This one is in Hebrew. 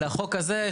לחוק הזה,